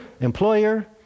employer